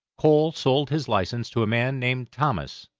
cole sold his license to a man named thomas,